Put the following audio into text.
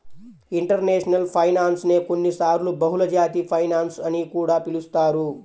international finance నే కొన్నిసార్లు బహుళజాతి ఫైనాన్స్ అని కూడా పిలుస్తారు